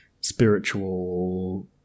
spiritual